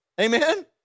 Amen